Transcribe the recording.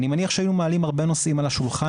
אני מניח שהיו מעלים הרבה נושאים על השולחן